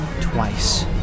twice